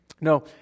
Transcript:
No